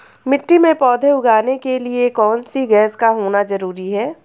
मिट्टी में पौधे उगाने के लिए कौन सी गैस का होना जरूरी है?